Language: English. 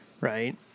Right